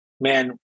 man